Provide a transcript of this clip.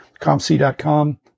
ComC.com